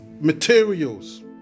materials